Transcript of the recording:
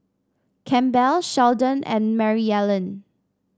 Campbell Sheldon and Maryellen